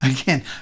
Again